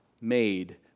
made